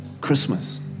Christmas